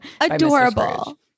Adorable